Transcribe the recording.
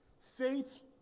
Faith